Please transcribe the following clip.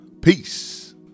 Peace